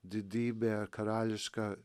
didybė karališka